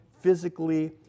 physically